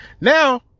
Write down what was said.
Now